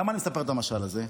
למה אני מספר את המשל הזה?